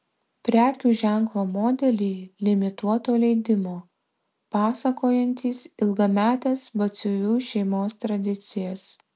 prekių ženklo modeliai limituoto leidimo pasakojantys ilgametes batsiuvių šeimos tradicijas